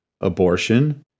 abortion